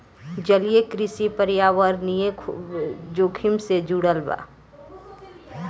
जलीय कृषि पर्यावरणीय जोखिम से जुड़ल बा